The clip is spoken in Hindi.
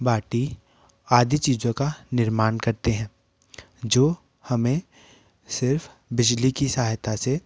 बाटी आदि चीज़ों का निर्माण करते है जो हमें सिर्फ बिजली की सहायता से